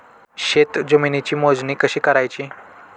शेत जमिनीची मोजणी कशी करायची?